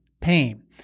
pain